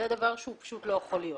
זה דבר שהוא פשוט לא יכול להיות.